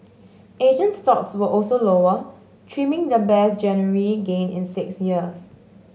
Asian stocks were also lower trimming the best January gain in six years